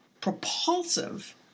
propulsive